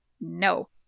No